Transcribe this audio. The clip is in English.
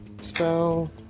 spell